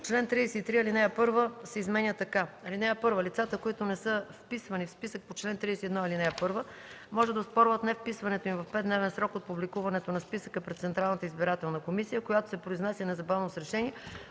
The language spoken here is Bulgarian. чл. 33 ал. 1 се изменя така: „Чл. 33. (1) Лицата, които не са вписвани в списък по чл. 31, ал. 1, може да оспорват невписването им в петдневен срок от публикуването на списъка пред Централната избирателна комисия, която се произнася незабавно с решение,